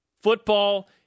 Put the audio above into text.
football